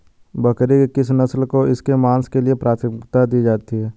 बकरी की किस नस्ल को इसके मांस के लिए प्राथमिकता दी जाती है?